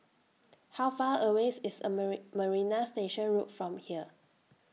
How Far away IS A Marie Marina Station Road from here